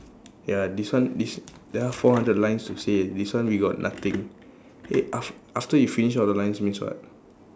ya this one this there are four hundred lines to say this one we got nothing eh af~ after you finish all the lines means what